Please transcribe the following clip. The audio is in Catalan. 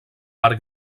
arc